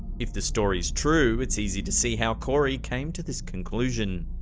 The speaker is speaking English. if the story's true, it's easy to see how corey came to this conclusion.